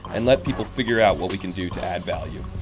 and let people figure out what we can do to add value?